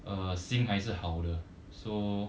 err 心还是好的 so